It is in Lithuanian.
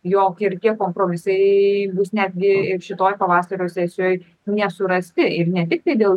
jog ir tie kompromisai bus netgi ir šitoj pavasario sesijoj nesurasti ir ne tik tai dėl